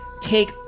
take